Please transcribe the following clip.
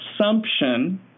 assumption